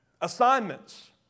Assignments